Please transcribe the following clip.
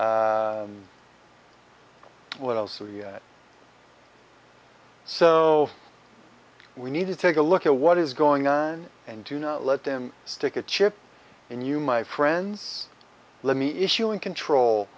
what else are you so we need to take a look at what is going on and to not let them stick a chip in you my friends let me issue and control